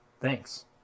Thanks